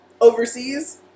overseas